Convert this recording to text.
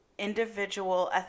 Individual